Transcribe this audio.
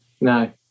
no